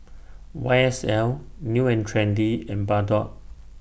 Y S L New and Trendy and Bardot